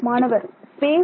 மாணவர் ஸ்பேஸ்